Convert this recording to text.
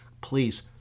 please